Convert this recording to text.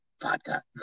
vodka